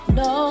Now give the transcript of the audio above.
no